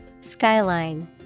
Skyline